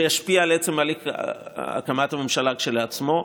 חוק שישפיע על עצם הליך הקמת הממשלה כשלעצמו.